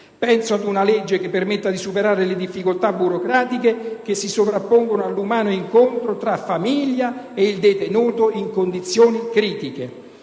anche ad una legge che permetta di superare le difficoltà burocratiche che si frappongono all'umano incontro tra famiglia e detenuto in condizioni critiche.